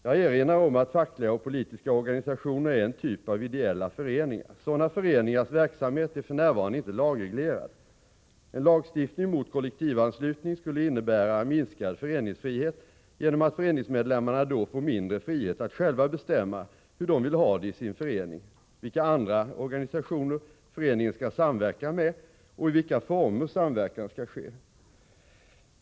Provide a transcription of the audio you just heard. Jag erinrar om att fackliga och politiska organisationer är en typ av ideella föreningar. Sådana föreningars verksamhet är för närvarande inte lagreglerad. En lagstiftning mot kollektivanslutning skulle innebära minskad föreningsfrihet genom att föreningsmedlemmarna då får mindre frihet att själva bestämma hur de vill ha det i sin förening, vilka andra organisationer föreningen skall samverka med och i vilka former samverkan skall ske.